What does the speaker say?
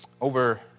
Over